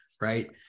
right